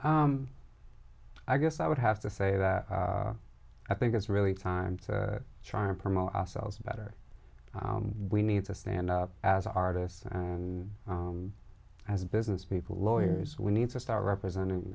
i guess i would have to say that i think it's really time to try and promote ourselves better we need to stand up as artists and as businesspeople lawyers we need to start representing